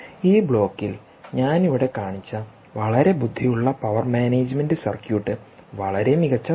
ഈ ബ്ലോക്കിൽ ഞാൻ ഇവിടെ കാണിച്ച വളരെ ബുദ്ധിയുളള പവർ മാനേജുമെന്റ് സർക്യൂട്ട് വളരെ മികച്ചതാണ്